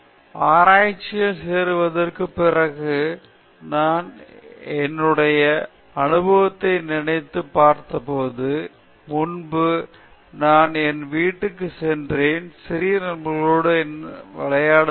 முகேஷ் ஒரு ஆராய்ச்சியாளராக சேர்வதற்குப் பிறகு நான் என்னுடைய அனுபவத்தை நினைத்துப் பார்த்தபோது முன்பு நான் என் வீட்டுக்குச் சென்றேன் சிறிய நண்பர்களோடு என் நண்பர்களிடம் வாதாடுவேன்